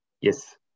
Yes